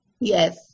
Yes